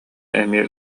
эмиэ